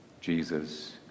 Jesus